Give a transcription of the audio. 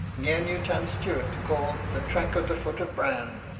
near new town stuart, called the track of the foot of bran,